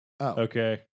Okay